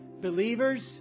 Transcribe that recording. believers